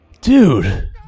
dude